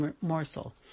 morsel